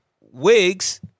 wigs